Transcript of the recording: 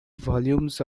volumes